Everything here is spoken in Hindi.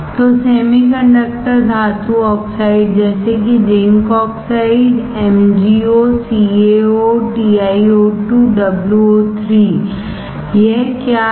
तो सेमीकंडक्टर धातु ऑक्साइड जैसे कि zinc oxide MgO CaO TiO2 WO3 यह क्या है